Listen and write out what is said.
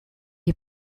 you